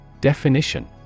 Definition